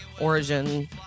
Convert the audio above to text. origin